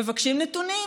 מבקשים נתונים,